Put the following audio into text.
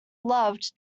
loved